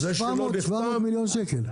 זה בתקציב.